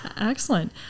Excellent